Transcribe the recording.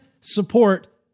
support